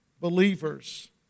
believers